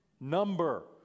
number